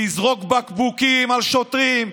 לזרוק בקבוקים על שוטרים,